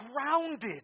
grounded